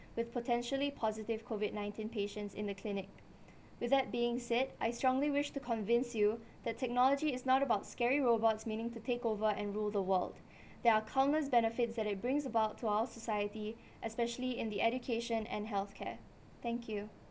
with potentially positive COVID nineteen patients in the clinic with that being said I strongly wish to convince you that technology is not about scary robots meaning to take over and rule the world there are countless benefits that it brings about to our society especially in the education and healthcare thank you